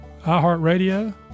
iHeartRadio